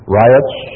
riots